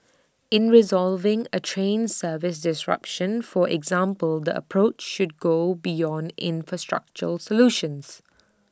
in resolving A train service disruption for example the approach should go beyond infrastructural solutions